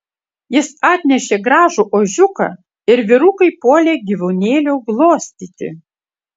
jis atnešė gražų ožiuką ir vyrukai puolė gyvūnėlio glostyti